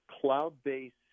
cloud-based